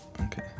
Okay